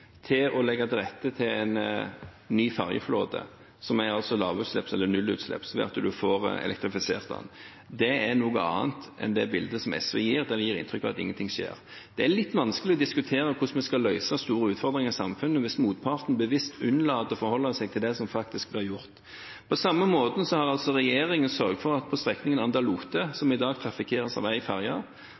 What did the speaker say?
til å legge til rette for en ny fergeflåte, som er lavutslipps eller nullutslipps ved at en får elektrifisert den. Det er noe annet enn det bildet som SV gir, der en gir inntrykk av at ingenting skjer. Det er litt vanskelig å diskutere hvordan vi skal løse store utfordringer i samfunnet hvis motparten bevisst unnlater å forholde seg til det som faktisk blir gjort. På samme måten har regjeringen sørget for at strekningen Anda–Lote, som i dag trafikkeres av